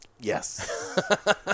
Yes